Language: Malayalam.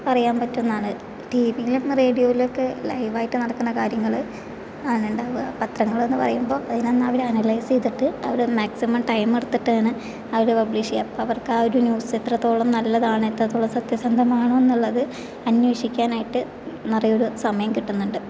അറിയാൻ പറ്റുന്നതാണ് ടി വിയിലും റേഡിയോയിലുമൊക്കെ ലൈവ് ആയിട്ട് നടക്കുന്ന കാര്യങ്ങള് കാണണ്ടാവുക പത്രങ്ങള് എന്ന് പറയുമ്പോൾ അതിനെ ഒന്ന് അവര് അനലൈസ് ചെയ്തിട്ട് അവരത് മാക്സിമം ടൈം എടുത്തിട്ടാണ് അവര് പബ്ലിഷ് ചെയ്യുക അപ്പോൾ അവർക്ക് ആ ഒരു ന്യൂസ് എത്രത്തോളം നല്ലതാണ് എത്രത്തോളം സത്യസന്ധമാണ് എന്നുള്ളത് അന്വേഷിക്കാനായിട്ട് നിറയെ ഒരു സമയം കിട്ടുന്നുണ്ട്